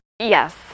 Yes